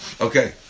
Okay